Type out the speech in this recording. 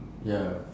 ya